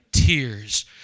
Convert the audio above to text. tears